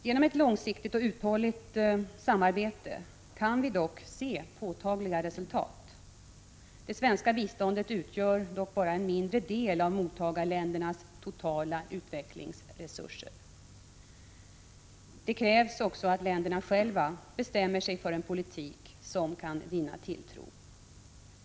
Genom ett långsiktigt och uthålligt samarbete kan vi dock se påtagliga resultat. Men det svenska biståndet utgör bara en mindre del av mottagarländernas totala utvecklingsresurser. Det krävs också att länderna själva bestämmer sig för en politik som kan vinna tilltro.